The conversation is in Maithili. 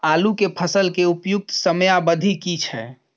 आलू के फसल के उपयुक्त समयावधि की छै?